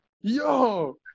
yo